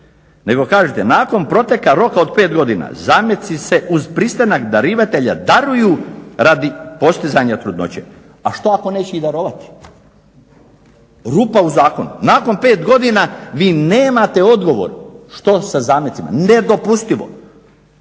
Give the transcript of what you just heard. nego kažete: "Nakon proteka roka od 5 godina zameci se uz pristanak darivatelja daruju radi postizanja trudnoće." A što ako neće ih darovati? Rupa u zakonu. Nakon 5 godina vi nemate odgovor što sa zamecima. Nedopustivo!